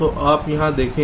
तो आप यहां देखें